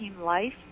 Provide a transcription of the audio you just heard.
life